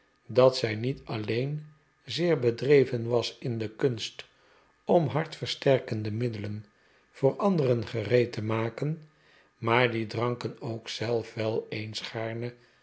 dat zij niet alleen zeer bedreven was in de kunst om hartversterkende middelen voor anderen gereed te maken maar die dranken odk zelf wel eens